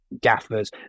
gaffers